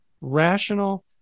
rational